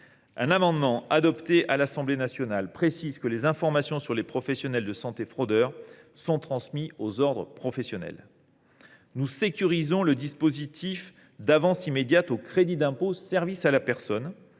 Un amendement adopté à l’Assemblée nationale vise à préciser que les informations sur les professionnels de santé fraudeurs seront transmises aux ordres professionnels. Nous sécurisons le dispositif d’avance immédiate au crédit d’impôt sur les services à la personne,